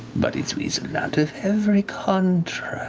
but he's weaseled out of every contract.